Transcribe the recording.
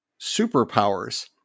superpowers